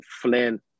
Flynn